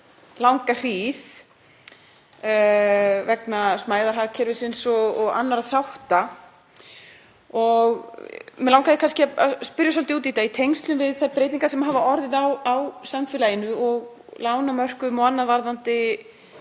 langa hríð vegna smæðar hagkerfisins og annarra þátta. Mig langaði kannski að spyrja svolítið út í það í tengslum við þær breytingar sem hafa orðið á samfélaginu, á lánamörkuðum og annað, varðandi